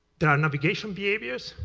there are navigation behaviors,